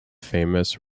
famous